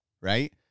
right